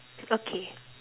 okay